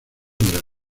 del